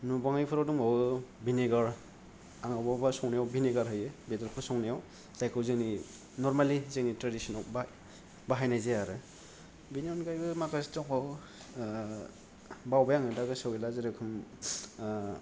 नुबाङैफोरबो दंबावो भिनेगार आं अबेबा अबेबा संनायाव भिनेगार होयो बेदरफोर संनायाव जायखौ जोंनि नरमेली जोंनि ट्रेडिशनाव बाह बाहायनाय जाया आरो बिनि अनगायैबो माखासे दंबावो बावबाय आङो दा गोसोआव गैला जेर'खम